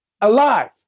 alive